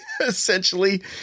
essentially